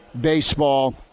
baseball